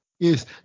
Yes